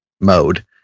mode